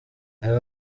ayo